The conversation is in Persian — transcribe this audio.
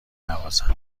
نوازم